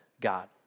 God